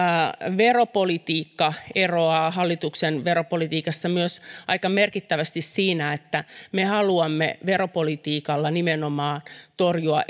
veropolitiikka eroaa hallituksen veropolitiikasta aika merkittävästi myös siinä että me haluamme veropolitiikalla nimenomaan torjua